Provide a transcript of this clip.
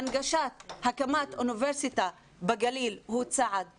הקמת אוניברסיטה בגליל היא צעד חשוב,